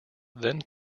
then